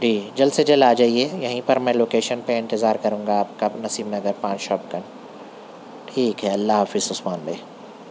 جی جلد سے جلد آ جائیے یہیں پر میں لوکیشن پہ انتطار کروں گا آپ کا نسیم نگر پان شاپ کا ٹھیک ہے اللہ حافظ عثمان بھائی